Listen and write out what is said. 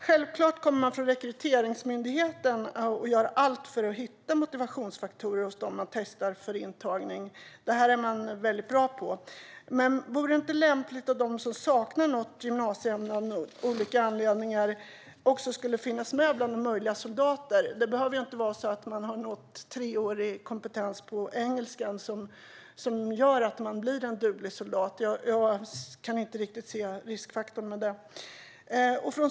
Självfallet kommer Rekryteringsmyndigheten att göra allt för att hitta motivationsfaktorer hos dem som man testar för intagning - det är man väldigt bra på. Men vore det inte lämpligt om de som saknar något gymnasieämne av olika anledningar också finns med bland möjliga soldater? Det behöver inte vara att de har nått treårig kompetens i engelska som gör att de blir en duglig soldat. Jag kan inte se riskfaktorn i detta.